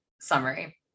summary